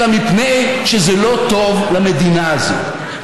אלא מפני שזה לא טוב למדינה הזאת,